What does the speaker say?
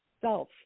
self